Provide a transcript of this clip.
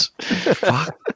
Fuck